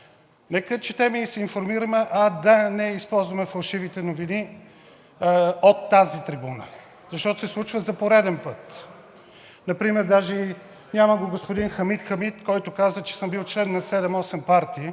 Нека четем и се информираме, а да не използваме фалшивите новини от тази трибуна, защото се случва за пореден път. Например даже и – няма го господин Хамид Хамид, който каза, че съм бил член на седем-осем партии.